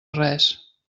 res